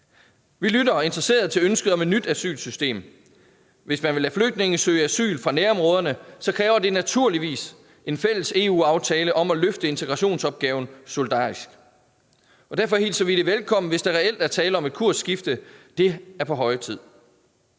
Vi lytter interesseret til ønsket om et nyt asylsystem. Hvis man vil lade flygtninge søge asyl fra nærområderne, kræver det naturligvis en fælles EU-aftale om at løfte integrationsopgaven solidarisk. Derfor hilser vi det velkommen, hvis der reelt er tale om et kursskifte. Det er på høje tid.